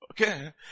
Okay